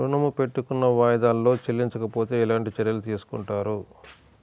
ఋణము పెట్టుకున్న వాయిదాలలో చెల్లించకపోతే ఎలాంటి చర్యలు తీసుకుంటారు?